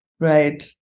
Right